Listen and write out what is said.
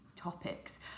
Topics